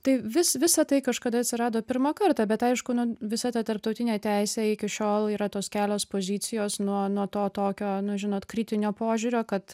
tai vis visa tai kažkada atsirado pirmą kartą bet aišku nu visa ta tarptautinė teisė iki šiol yra tos kelios pozicijos nuo nuo to tokio nu žinot kritinio požiūrio kad